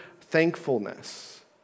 thankfulness